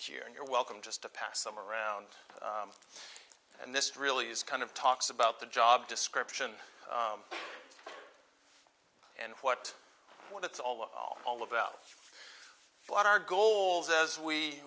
you're welcome just to pass them around and this really is kind of talks about the job description and what what it's all all about what our goals as we